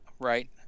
Right